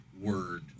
word